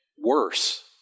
worse